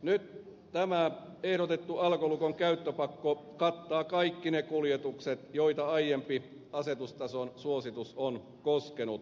nyt tämä ehdotettu alkolukon käyttöpakko kattaa kaikki ne kuljetukset joita aiempi asetustason suositus on koskenut